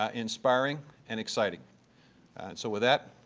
ah inspiring and exciting. and so with that,